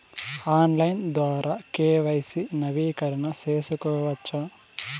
Online ద్వారా KYC నవీకరణ సేసుకోవచ్చా?